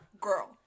girl